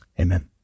Amen